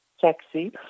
taxi